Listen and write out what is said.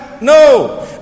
No